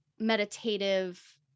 Meditative